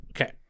Okay